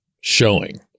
showing